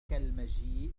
المجيء